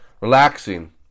relaxing